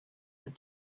had